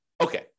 Okay